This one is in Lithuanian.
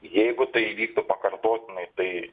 jeigu tai įvyktų pakartotinai tai